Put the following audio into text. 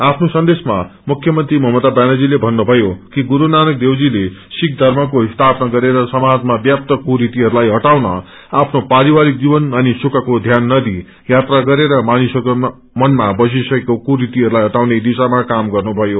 आफ्नो सन्देशमा मुख्य मंत्री मता व्यानर्जीले भन्नुभयो कि गुरू नानक देवजीले सिख धर्मको स्यापना गरेर समाजमा व्याप्त कुरीतिहरूलाई हआउन आफ्नो पारिवारिक जीवन अनि सुखको ध्यान नदिई यात्रा गरेर मानिसहरूको मनमा बसिसकेको कुरीतिहरूलाई हटाउने दिशामा काम गर्नुमयो